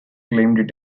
claimed